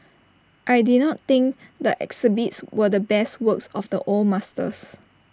I did not think the exhibits were the best works of the old masters